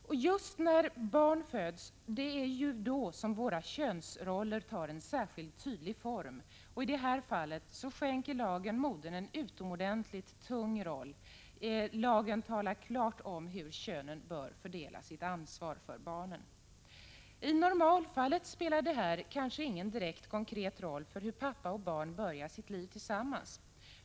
Det är just när barn föds som våra könsroller tar särskilt tydlig form. I det här fallet skänker lagen modern en utomordentligt tung roll. Lagen talar klart om hur könen bör fördela sitt ansvar för barnen. I normalfallet spelar detta kanske ingen direkt, konkret roll för hur pappa och barn börjar sitt liv tillsammans.